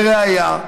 לראיה,